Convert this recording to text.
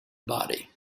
body